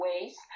ways